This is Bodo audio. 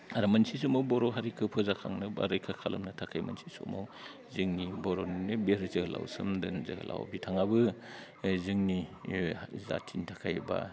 आरो मोनसे समाव बर' हारिखो फोथांनो बा रैखा खालामनो थाखाय मोनसे समाव जोंनि बर'निनो बिर जोहोलाव सोमदोन जोहोलाव बिथाङाबो ओइ जोंनि जाथिनि थाखाय बा